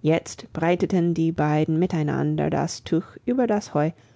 jetzt breiteten die beiden miteinander das tuch über das heu